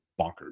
bonkers